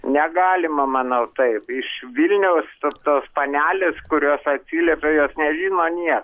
negalima manau taip iš vilniaus tos panelės kurios atsiliepė jos nežino nieko